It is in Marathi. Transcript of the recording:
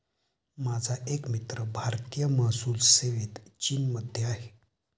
माझा एक मित्र भारतीय महसूल सेवेत चीनमध्ये आहे